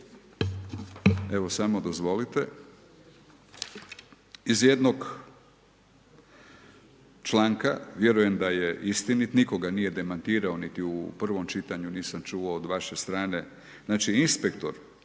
Evo, samo dozvolite, iz jednog članka, vjerujem da je istinit, nitko ga nije demantirao niti u prvom čitanju nisam čuo od vaše strane, znači inspektor,